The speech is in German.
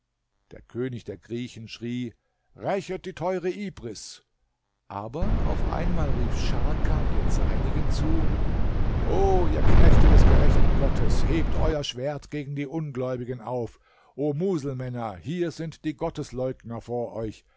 der könig der griechen schrie rächet die teure ibris aber auf einmal rief scharkan den seinigen zu o ihr knechte des gerechten gottes hebt euer schwert gegen die ungläubigen auf o muselmänner hier sind die gottesleugner vor euch